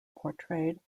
portrayed